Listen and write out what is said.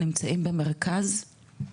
נמצאים במרכז.